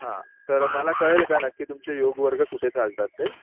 हां तर मला कळेल का नक्की की तुमचे योग वर्ग कुठे चालतात ते